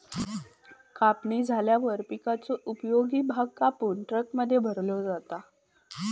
कापणी झाल्यावर पिकाचो उपयोगी भाग कापून ट्रकमध्ये भरलो जाता